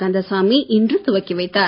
கந்தசாமி இன்று துவக்கி வைத்தார்